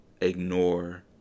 ignore